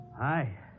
Hi